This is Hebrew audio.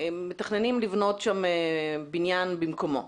ומתכננים לבנות שם בניין במקומו